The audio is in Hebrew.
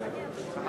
כן,